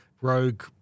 rogue